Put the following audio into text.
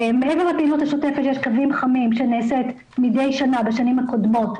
מעבר לפעילות השוטפת שיש קוים חמים שנעשית מדי שנה בשנים קודמות,